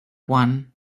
won